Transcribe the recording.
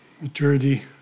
maturity